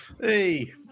Hey